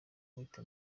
nkwite